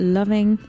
loving